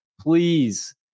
Please